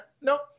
nope